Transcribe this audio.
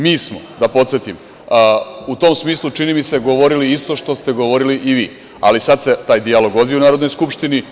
Mi smo, da podsetim, u tom smislu, čini mi se, govorili isto što se govorili i vi, ali sada se taj dijalog vodi u Narodnoj skupštini.